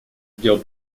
дел